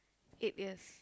eight years